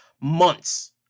months